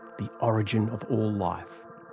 the origin of all life.